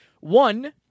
One